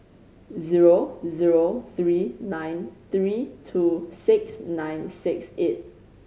zero zero three nine three two six nine six eight